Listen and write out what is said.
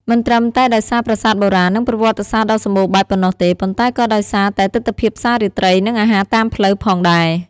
មិនត្រឹមតែដោយសារប្រាសាទបុរាណ និងប្រវត្តិសាស្ត្រដ៏សម្បូរបែបប៉ុណ្ណោះទេ ប៉ុន្តែក៏ដោយសារតែទិដ្ឋភាពផ្សាររាត្រី និងអាហារតាមផ្លូវផងដែរ។